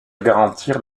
garantir